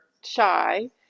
shy